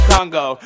Congo